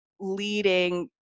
leading